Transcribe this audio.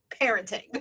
parenting